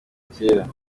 kera